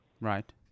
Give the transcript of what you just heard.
Right